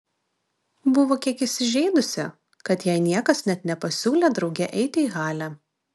buvo kiek įsižeidusi kad jai niekas net nepasiūlė drauge eiti į halę